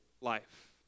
life